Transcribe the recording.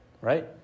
Right